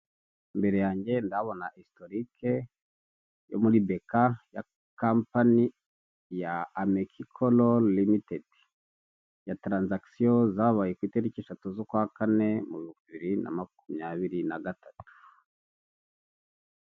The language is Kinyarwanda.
Imbere yanjye ndabona hisitorike yo muri beka ya kampani ya amekikolo limitedi ya taranzagisiyo zabaye ku itariki eshatu z'ukwa kane mu bibiri na makumyabiri na gatatu.